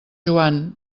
joan